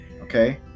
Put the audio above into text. okay